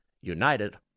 United